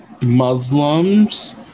Muslims